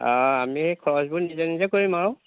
অঁ আমি খৰচবোৰ নিজে নিজে কৰিম আৰু